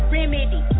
Remedy